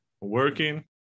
working